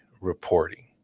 reporting